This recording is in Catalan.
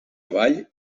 avall